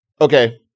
okay